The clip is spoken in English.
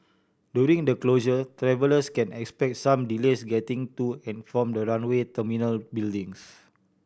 during the closure travellers can expect some delays getting to and from the runway terminal buildings